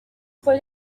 fue